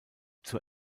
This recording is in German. zur